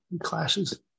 clashes